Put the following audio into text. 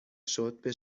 شد، به